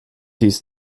dies